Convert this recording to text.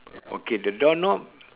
okay the door knob